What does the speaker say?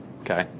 Okay